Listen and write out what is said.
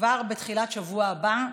כבר בתחילת השבוע הבא,